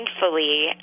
thankfully